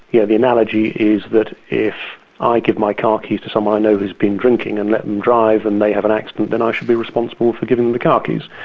yeah the analogy is that if i give my car keys to someone i know who has been drinking and let them and drive and they have an accident, then i should be responsible for giving them the car keys.